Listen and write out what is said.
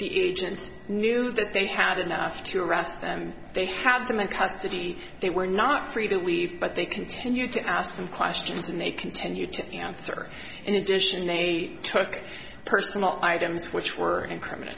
the agents knew that they had enough to arrest them they have them in custody they were not free to leave but they continued to ask them questions and they continued to answer in addition they took personal items which were incrimina